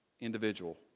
individual